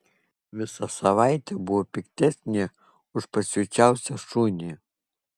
visą savaitę buvo piktesnė už pasiučiausią šunį